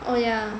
oh yeah